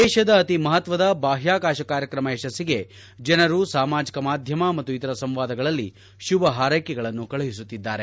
ದೇಶದ ಅತಿ ಮಹತ್ನದ ಬಾಹ್ನಾಕಾಶ ಕಾರ್ಯಕ್ರಮ ಯಶಸ್ಸಿಗೆ ಜನರು ಸಾಮಾಜಿಕ ಮಾಧ್ಯಮ ಮತ್ನು ಇತರ ಸಂವಾದಗಳಲ್ಲಿ ಶುಭ ಹಾರ್ನೆಕೆಗಳನ್ನು ಕಳುಹಿಸುತ್ತಿದ್ದಾರೆ